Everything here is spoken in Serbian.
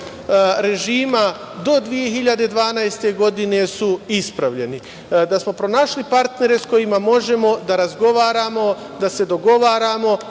režima do 2012. godine je ispravljena, da smo pronašli partnere s kojima možemo da razgovaramo, da se dogovaramo,